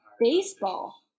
baseball